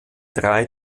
drei